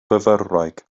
fyfyrwraig